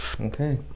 Okay